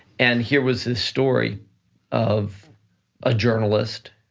and here was the story of a journalist,